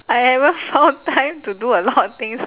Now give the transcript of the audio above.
I haven't found time to do a lot of things